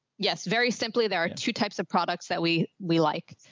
yes, very simply. there are two types of products that we, we like.